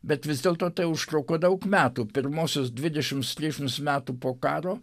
bet vis dėlto tai užtruko daug metų pirmuosius dvidešimts trisdešims metų po karo